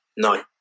no